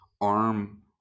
arm